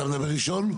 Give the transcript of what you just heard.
אתה מדבר ראשון?